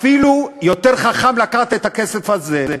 אפילו יותר חכם לקחת את הכסף הזה,